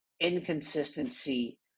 inconsistency